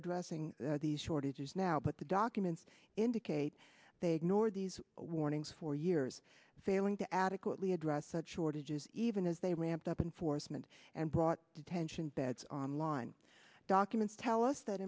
are addressing these shortages now but the documents indicate they ignored these warnings for years failing to adequately address such shortages even as they ramped up in force mint and brought detention beds online documents tell us that